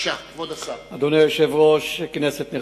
אדוני היושב-ראש, כנסת נכבדה,